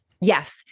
Yes